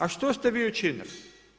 A što ste vi učinili?